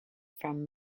from